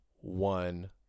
one